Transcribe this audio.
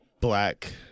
black